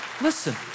Listen